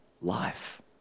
life